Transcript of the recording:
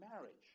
marriage